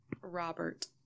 Robert